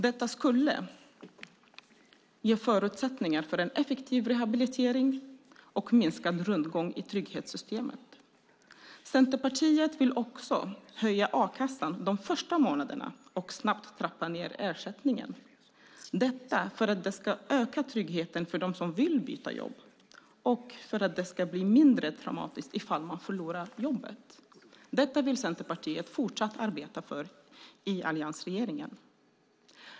Detta skulle ge förutsättningar för en effektiv rehabilitering och minskad rundgång i trygghetssystemet. Centerpartiet vill också höja ersättningen i a-kassan de första månaderna och sedan snabbt trappa ned ersättningen för att öka tryggheten för dem som vill byta jobb och för att det ska bli mindre traumatiskt att förlora jobbet. Detta vill Centerpartiet fortsatt arbeta för i alliansregeringen.